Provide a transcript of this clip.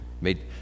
Made